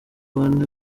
bane